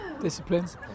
Disciplines